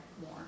more